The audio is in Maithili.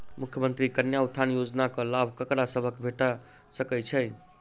मुख्यमंत्री कन्या उत्थान योजना कऽ लाभ ककरा सभक भेट सकय छई?